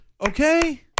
Okay